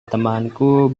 temanku